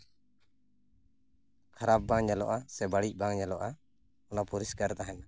ᱠᱷᱟᱨᱟᱯ ᱵᱟᱝ ᱧᱮᱞᱚᱜᱼᱟ ᱥᱮ ᱵᱟᱹᱲᱤᱡ ᱵᱟᱝ ᱧᱮᱞᱚᱜᱼᱟ ᱚᱱᱟ ᱯᱚᱨᱤᱥᱠᱟᱨ ᱛᱟᱦᱮᱱᱟ